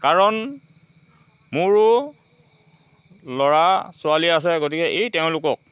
কাৰণ মোৰো ল'ৰা ছোৱালী আছে গতিকে এই তেওঁলোকক